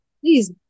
Please